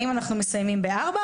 האם אנחנו מסיימים ב-16:00,